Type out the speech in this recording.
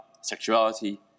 sexuality